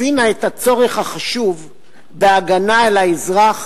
הבינה את הצורך החשוב בהגנה על האזרח